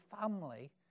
family